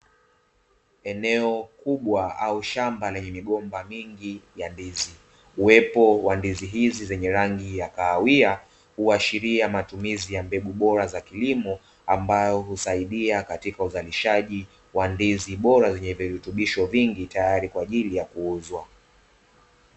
Eneo kubwa au shamba lenye migomba mingi ya ndizi, uwepo wa ndizi hizi zenye rangi ya kahawia huashiria matumizi ya mbegu bora za kilimo ambayo husaidia katika uzalishaji wa ndizi bora zenye virutubisho vingi tayari kwa ajili ya kuuzwa.